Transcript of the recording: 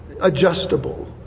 adjustable